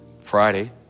Friday